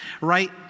Right